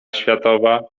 światowa